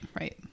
right